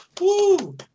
Woo